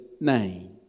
name